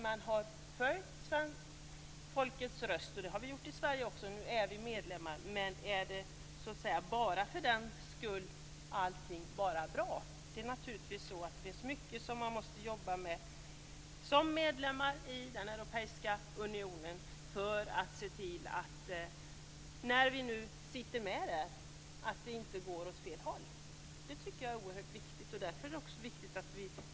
Man har liksom i Sverige följt folkets röst. Sverige är nu EU-medlem, men är för den skull allting bara bra? Sverige måste som medlem i den europeiska unionen jobba mycket för att se till att utvecklingen inte går åt fel håll när vi nu sitter med där. Jag tycker att detta är oerhört viktigt.